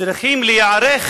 צריכים להיערך